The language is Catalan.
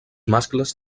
mascles